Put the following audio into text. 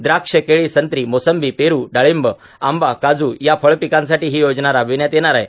द्राक्ष केळी संत्री मोसंबी पेरू डार्छींब आंबा काजू या फळपिकांसाठी ही योजना राबवण्यात येणार आहे